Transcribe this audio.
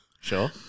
sure